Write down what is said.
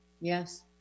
yes